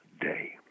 day